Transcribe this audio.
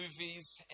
movies